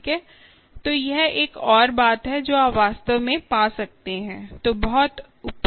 तो यह एक और बात है जो आप वास्तव में पा सकते हैं